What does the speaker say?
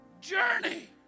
journey